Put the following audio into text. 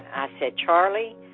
i said, charlie,